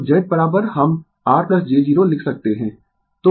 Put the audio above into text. तो Z हम R j 0 लिख सकते है